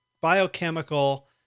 biochemical